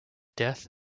death